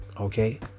okay